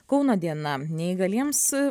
kauno diena neįgaliems